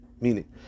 Meaning